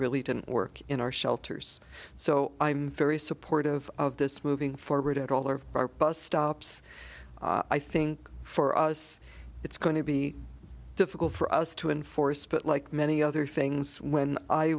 really didn't work in our shelters so i'm very supportive of this moving forward at all of our bus stops i think for us it's going to be difficult for us to enforce but like many other things when i